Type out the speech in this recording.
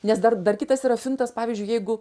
nes dar dar kitas yra fintas pavyzdžiui jeigu